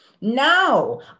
Now